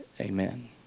Amen